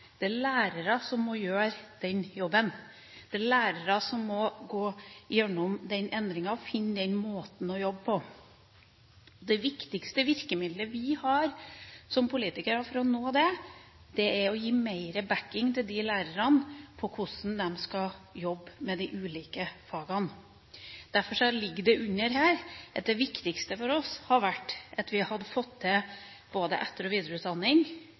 som må gjøre den jobben. Det er lærerne som må gå gjennom den endringen og finne måten å jobbe på. Det viktigste virkemiddelet vi som politikere har for å nå det målet, er å gi mer bakking til lærerne når det gjelder hvordan de skal jobbe med de ulike fagene. Derfor ligger det under her at det viktigste for oss ville være at vi hadde fått til både etter- og videreutdanning